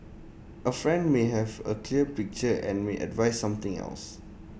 A friend may have A clear picture and may advise something else